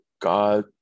god